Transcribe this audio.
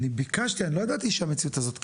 אני ביקשתי, אני לא ידעתי שהמציאות הזאת קיימת,